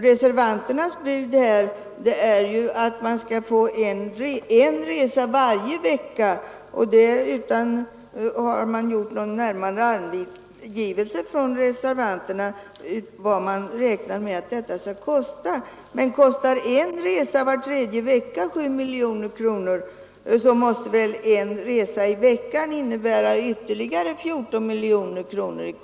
Reservanternas krav är att eleverna skall få en resa varje vecka, men de har inte angivit närmare vad detta kan kosta. Om en resa var tredje vecka kostar 7 miljoner kronor, så måste emellertid en resa i veckan kosta ytterligare 14 miljoner.